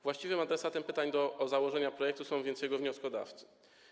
Właściwym adresatem pytań o założenia projektu są więc jego wnioskodawcy.